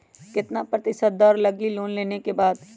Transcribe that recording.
कितना प्रतिशत दर लगी लोन लेबे के बाद?